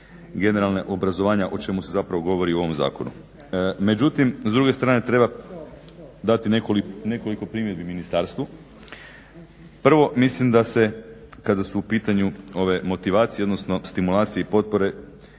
generalnog obrazovanja o čemu se govori u ovom zakonu. Međutim s druge strane treba dati nekoliko primjedbi ministarstvu. Prvo mislim da se kada su u pitanju ove motivacije odnosno stimulacije i potpore